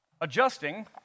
adjusting